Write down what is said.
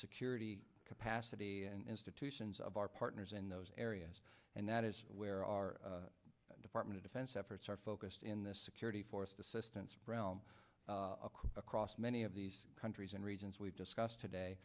security capacity and institutions of our partners in those areas and that is where our department of defense efforts are focused in this security force assistance across across many of these countries and regions we've discussed today